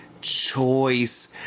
Choice